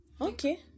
Okay